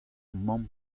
mamm